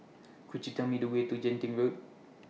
Could YOU Tell Me The Way to Genting Road